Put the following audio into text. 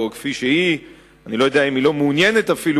אני לא יודע אם היא לא מעוניינת אפילו